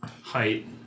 height